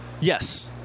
yes